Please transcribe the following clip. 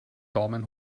daumen